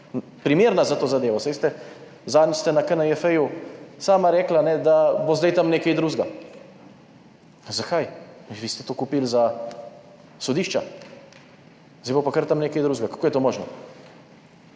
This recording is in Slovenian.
primerna za to zadevo. Saj ste, zadnjič ste na KNJF sama rekla, da bo zdaj tam nekaj drugega. Zakaj? Vi ste to kupili za sodišča, zdaj bo pa kar tam nekaj drugega. Kako je to možno?